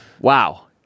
Wow